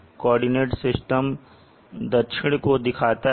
"S" coordinate system दक्षिण को दिखाता है